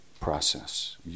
process